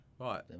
Right